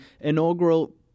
inaugural